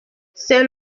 c’est